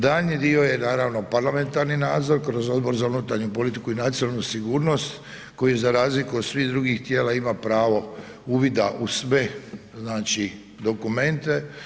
Daljnji dio je naravno parlamentarni nadzor kroz Odbor za unutarnju politiku i nacionalnu sigurnost koji za razliku od svih drugih tijela ima pravo uvida u sve dokumente.